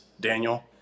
Daniel